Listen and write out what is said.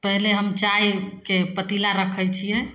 पहिले हम चाइके पतीला रखै छिए